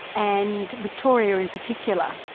and victoria in particular?